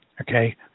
okay